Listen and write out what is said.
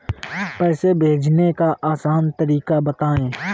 पैसे भेजने का आसान तरीका बताए?